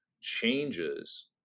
changes